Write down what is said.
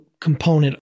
component